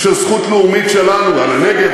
של זכות לאומית שלנו על הנגב,